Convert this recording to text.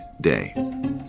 day